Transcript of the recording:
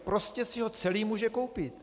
Prostě si ho celý může koupit.